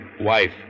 wife